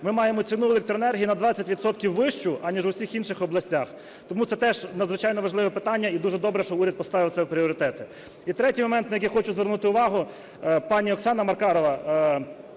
ми маємо ціну електроенергії на 20 відсотків вищу, аніж в усіх інших областях. Тому це теж надзвичайно важливе питання, і дуже добре, що уряд поставив це в пріоритети. І третій момент, на який я хочу звернути увагу. Пані Оксана Маркарова…